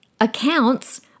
accounts